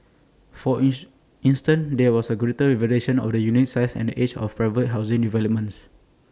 for ins instance there was greater variation on the unit size and age of private housing developments